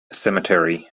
cemetery